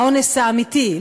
האונס האמיתי,